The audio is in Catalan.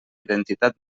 identitat